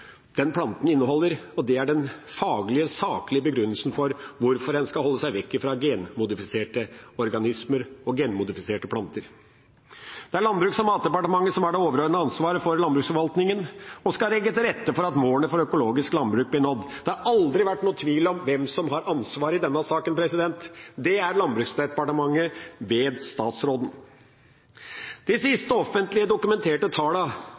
er den faglige, saklige begrunnelsen for hvorfor en skal holde seg vekk fra genmodifiserte organismer og genmodifiserte planter. Det er Landbruks- og matdepartementet som har det overordnede ansvaret for landbruksforvaltningen og skal legge til rette for at målene for økologisk landbruk blir nådd. Det har aldri vært noen tvil om hvem som har ansvaret i denne saken. Det er Landbruks- og matdepartementet ved statsråden. De siste offentlige, dokumenterte